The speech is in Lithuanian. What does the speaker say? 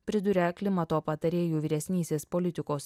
priduria klimato patarėjų vyresnysis politikos